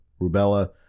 rubella